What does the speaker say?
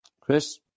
Chris